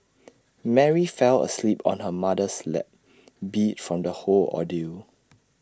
Mary fell asleep on her mother's lap beat from the whole ordeal